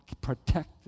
protect